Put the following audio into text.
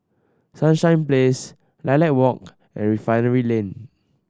Sunshine Place Lilac Walk and Refinery Lane